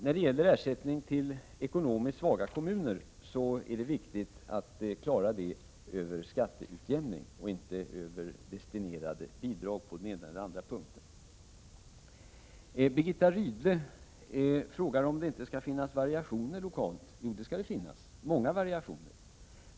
När det gäller ersättning till ekonomiskt svaga kommuner är det viktigt att klara den över skatteutjämningen och inte över destinerade bidrag av olika slag. Birgitta Rydle frågar om det inte skall finnas lokala variationer. Jo, det skall det finnas — många variationer.